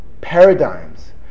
paradigms